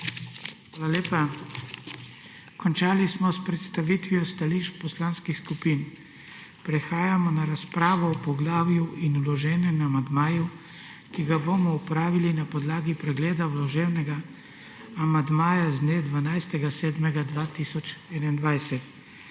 Hvala lepa. Končali smo predstavitev stališč poslanskih skupin. Prehajamo na razpravo o poglavju in vloženem amandmaju, ki jo bomo opravili na podlagi pregleda vloženega amandmaja z dne 12. 7. 2021.